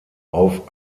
auf